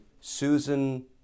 Susan